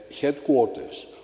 headquarters